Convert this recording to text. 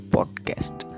Podcast